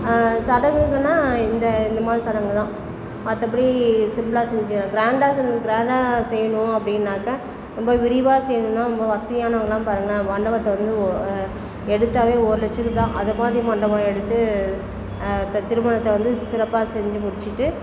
சடங்குங்கன்னால் இந்த இந்த மாதிரி சடங்கு தான் மற்றப்படி சிம்பிளாக செஞ்ச க்ராண்டாக செஞ் க்ராண்டாக செய்யணும் அப்படின்னாக்கா ரொம்ப விரிவாக செய்யணுமுன்னா ரொம்ப வசதியானவங்களாம் பாருங்களேன் மண்டபத்தை வந்து ஓ எடுத்தாவே ஒரு லட்சத்துக்கு தான் அது மாதிரி மண்டபம் எடுத்து தி திருமணத்தை வந்து சிறப்பாக செஞ்சு முடிச்சிட்டு